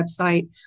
website